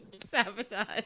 Sabotage